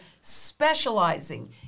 specializing